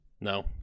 no